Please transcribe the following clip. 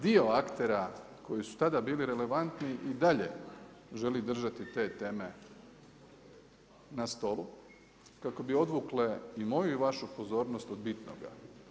Dio aktera koji su tada bili relevantni i dalje želi držati te teme na stolu kako bi odvukle i moju i vašu pozornost od bitnoga.